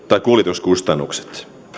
tai kuljetuskustannuksia